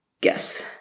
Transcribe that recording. Guess